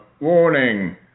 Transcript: warning